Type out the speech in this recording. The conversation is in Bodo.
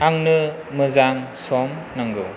आंनो मोजां सम नांगौ